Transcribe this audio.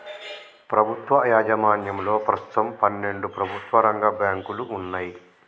ప్రభుత్వ యాజమాన్యంలో ప్రస్తుతం పన్నెండు ప్రభుత్వ రంగ బ్యాంకులు వున్నయ్